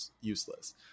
useless